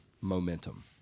momentum